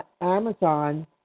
Amazon